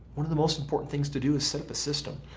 one of the most important things to do is set up a system.